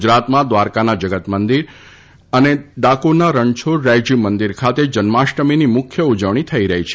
ગુજરાતમાં દ્વારકાના જગતમંદિર અને ડાકોરના રણછોડરાયજી મંદિર ખાતે મુખ્ય ઉજવણી થઇ રહી છે